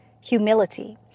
humility